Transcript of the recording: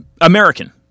American